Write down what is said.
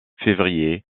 février